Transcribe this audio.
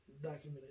documented